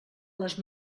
les